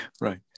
Right